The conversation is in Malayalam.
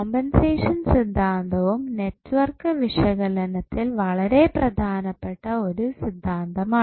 കോമ്പൻസേഷൻ സിദ്ധാന്തവും നെറ്റ്വർക്ക് വിശകലനത്തിൽ വളരെ പ്രധാനപ്പെട്ട ഒരു സിദ്ധാന്തമാണ്